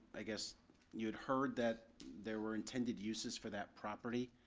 i guess you had heard that there were intended uses for that property.